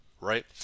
right